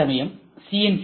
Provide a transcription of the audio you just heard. அதேசமயம் சி